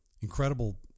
incredible